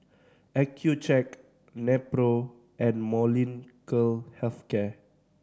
Accucheck Nepro and Molnylcke Health Care